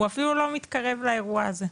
הוא אפילו לא מתקרב לאירוע הזה,